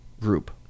group